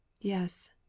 Yes